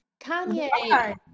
Kanye